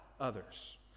others